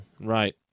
right